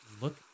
look